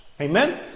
Amen